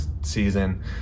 season